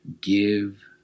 give